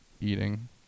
eating